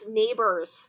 neighbors